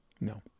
no